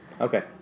Okay